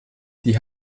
die